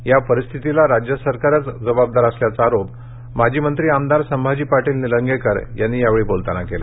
या परिस्थितीला राज्य सरकारच जबाबदार असल्याचा आरोप माजी मंत्री आमदार संभाजी पाटील निलंगेकर यांनी यावेळी केला